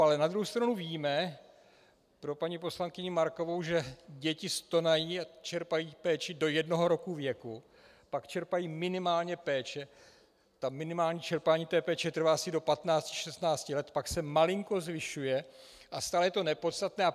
Ale na druhou stranu víme, pro paní poslankyni Markovou, že děti stůňou a čerpají péči do jednoho roku věku, pak čerpají minimálně péče, to minimální čerpání péče trvá asi do 15, 16 let, pak se malinko zvyšuje, a stále je to nepodstatné.